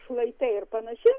šlaitai ir panašiai